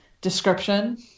description